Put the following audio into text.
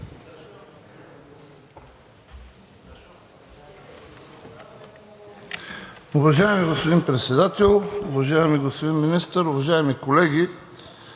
Уважаеми господин Председател, уважаеми господин Министър, уважаеми колеги!